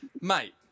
mate